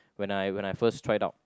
when I when I first tried out